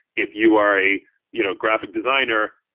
if you are a you know graphic designer,